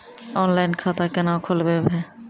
Online खाता केना खोलभैबै?